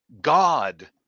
God